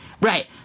right